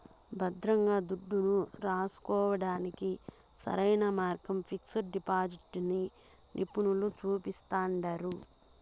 భద్రంగా దుడ్డుని రాసుకోడానికి సరైన మార్గంగా పిక్సు డిపాజిటిని నిపునులు సూపిస్తండారు